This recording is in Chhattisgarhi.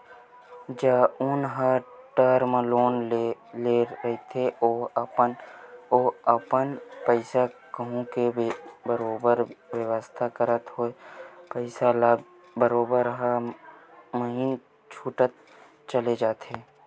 जउन ह टर्म लोन ले रहिथे ओहा अपन पइसा कउड़ी के बरोबर बेवस्था करत होय पइसा ल बरोबर हर महिना छूटत चले जाथे